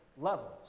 levels